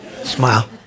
Smile